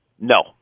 No